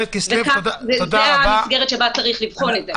זו המסגרת שבה צריך לבחון את זה.